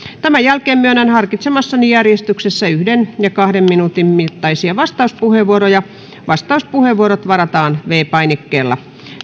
tämän jälkeen myönnän harkitsemassani järjestyksessä yksi tai kahden minuutin mittaisia vastauspuheenvuoroja vastauspuheenvuorot varataan viidennellä painikkeella